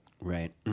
Right